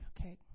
okay